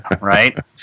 Right